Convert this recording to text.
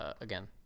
again